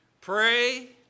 Pray